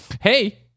Hey